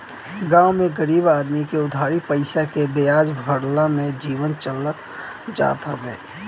गांव में गरीब आदमी में उधारी पईसा के बियाजे भरला में जीवन चल जात बाटे